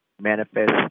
manifest